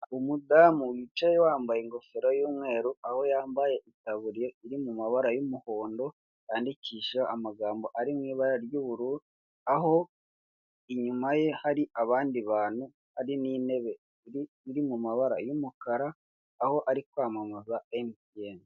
Umudamu wicaye yambaye ingofero y'umweru aho yambaye taburiya iri mu mabara y'umuhondo yandikishije amagambo ari mu mabara y'ubururu, aho inyuma ye hari abandi bantu, hari n'intebe iri mu mabara y'umukara aho ari kwamamaza emutiyene.